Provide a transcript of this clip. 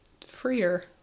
freer